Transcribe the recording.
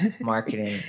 marketing